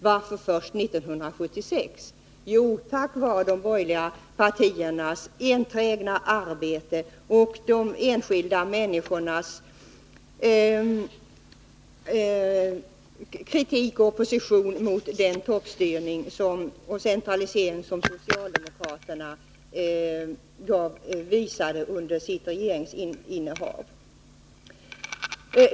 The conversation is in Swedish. Ja, det skedde tack vare de borgerliga partiernas enträgna arbete och de enskilda människornas kritik och opposition mot den toppstyrning och centralisering som socialdemokraterna stod för under sitt regeringsinnehav.